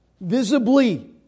visibly